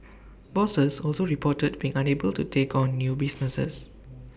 bosses also reported being unable to take on new business